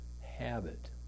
habit